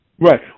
Right